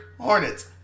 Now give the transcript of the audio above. hornets